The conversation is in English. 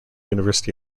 university